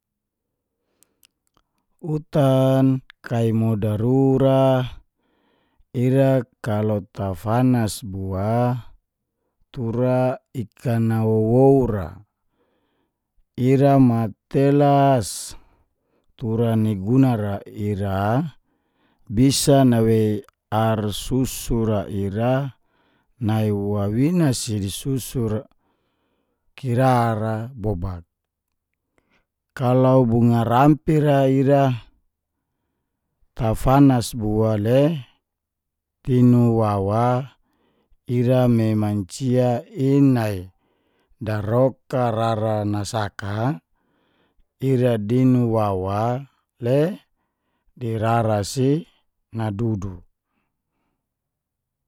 Utan kai modar rura ira kalau tafanas bua tura ikan a wou-wou ra ira matelas tura ni guna ra ira bisa nabei ar susu ra ira nai wawina si di susu kirara bobak. Kalau bunga rampi ra ira tafanas bua le tinu wawa, ira me mancia in nai daroka rara nasaka ira dinu wawa le di rara si nadudu.